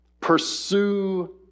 Pursue